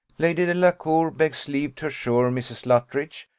lady delacour begs leave to assure mrs. luttridge,